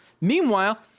Meanwhile